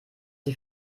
die